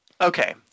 Okay